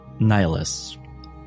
Nihilus